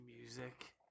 music